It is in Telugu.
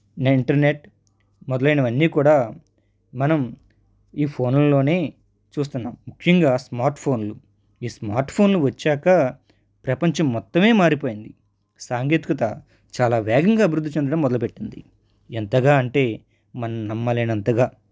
ఇంటర్నెట్ మొదలైనవి అన్నీ కూడా మనం ఈ ఫోనులలోనే చూస్తున్నాము ముఖ్యంగా స్మార్ట్ ఫోన్లు ఈ స్మార్ట్ ఫోన్లు వచ్చాక ప్రపంచం మొత్తమే మారిపోయింది సాంగేతికత చాలా వేగంగా అభివృద్ధి చెందడం మొదలు పెట్టింది ఎంతగా అంటే మనం నమ్మలేనంతగా